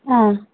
ꯑꯥ